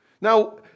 Now